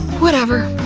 whatever.